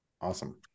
awesome